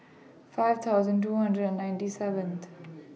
five thousand two hundred and ninety seventh